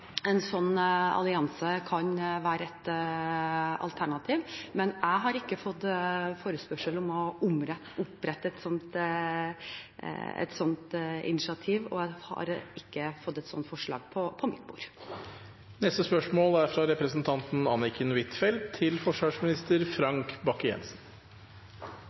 en sånn allianse kan være et alternativ. Men jeg har ikke fått forespørsel om å ta et sånt initiativ, og jeg har ikke fått et sånt forslag på mitt bord.